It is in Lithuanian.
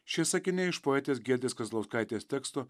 šie sakiniai iš poetės giedrės kazlauskaitės teksto